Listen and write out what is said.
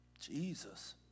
Jesus